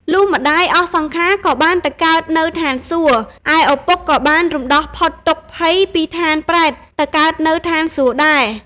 លុះម្តាយអស់សង្ខារក៏បានទៅកើតនៅឋានសួគ៌ ឯឪពុកក៏បានរំដោះផុត ទុក្ខភ័យពីឋានប្រេត ទៅកើតនៅឋានសួគ៌ដែរ ។